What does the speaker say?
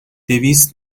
دویست